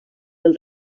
del